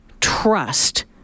trust